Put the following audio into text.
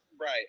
Right